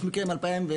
יש מקרה מ-2021.